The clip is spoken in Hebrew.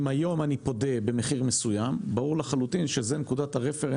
אם היום אני פודה במחיר מסוים ברור לחלוטין שזו נקודת הרפרנס.